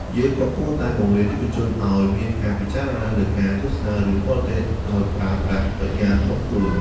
យើងក៏គួរតែបង្រៀនយុវជនឲ្យមានការពិចារណាលើការទស្សនារឿងបរទេសដោយប្រើប្រាស់ប្រាជ្ញារបស់ខ្លួន។